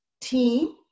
team